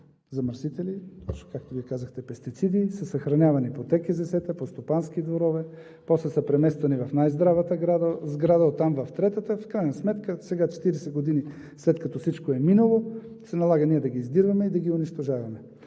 замърсители, както Вие казахте пестициди, са съхранявани по ТКЗС-та, по стопански дворове, после са премествани в най-здравата сграда, оттам в третата. В крайна сметка сега, 40 години след като всичко е минало, се налага ние да ги издирваме и да ги унищожаваме.